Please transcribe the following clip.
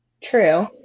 True